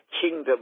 kingdom